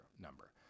number